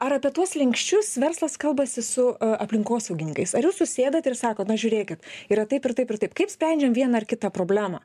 ar apie tuos slenksčius verslas kalbasi su aplinkosaugininkais ar jūs susėdate ir sakot na žiūrėkit yra taip ir taip ir taip kaip spendžiam vieną ar kitą problemą